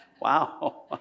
Wow